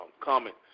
comment